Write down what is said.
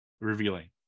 Revealing